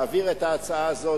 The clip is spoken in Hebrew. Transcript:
להעביר את ההצעה הזאת.